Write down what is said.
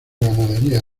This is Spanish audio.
ganadería